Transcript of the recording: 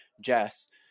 Jess